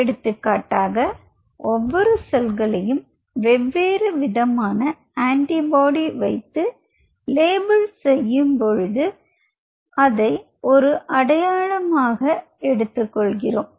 எடுத்துக்காட்டாக ஒவ்வொரு செல்களையும் வெவ்வேறு விதமான ஆன்டிபாடி வைத்து லேபிள் செய்யும்போது அதை ஒரு அடையாளமாக எடுத்துக் கொள்கிறோம்